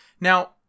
Now